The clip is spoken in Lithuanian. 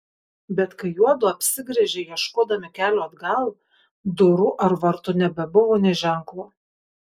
bet kai juodu apsigręžė ieškodami kelio atgal durų ar vartų nebebuvo nė ženklo